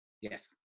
Yes